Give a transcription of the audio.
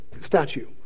statue